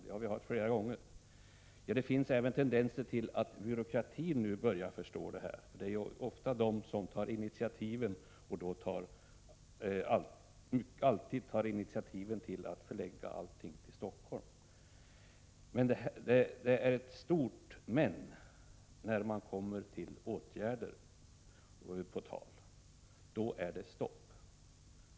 Det finns även inom byråkratin tendenser till att börja förstå detta — det är annars alltid där som initiativen tas till att förlägga all verksamhet till Helsingfors. När åtgärder kommer på tal är det emellertid stopp.